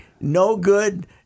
no-good